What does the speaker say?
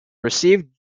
received